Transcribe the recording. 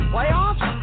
Playoffs